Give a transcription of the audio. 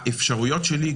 האפשרויות שלי,